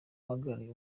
uhagarariye